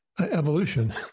evolution